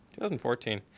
2014